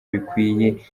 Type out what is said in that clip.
bikwiye